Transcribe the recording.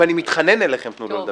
אני מתחנן אליכם: תנו לו לדבר,